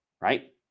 right